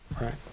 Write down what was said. right